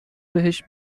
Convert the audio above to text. بهش